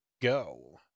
go